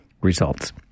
results